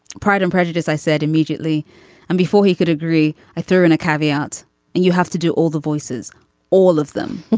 pride and prejudice i said immediately and before he could agree i throw in a caveat and you have to do all the voices all of them.